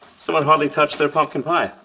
someone hardly touched their pumpkin pie.